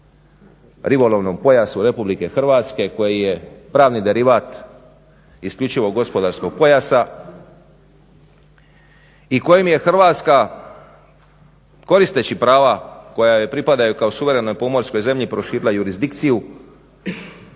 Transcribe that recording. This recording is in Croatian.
ribolovnom pojasu Republike Hrvatske koji je pravni derivat isključivo gospodarskog pojasa i kojim je Hrvatska koristeći prava koja joj pripadaju kao suverenoj pomorskoj zemlji proširila jurisdikciju,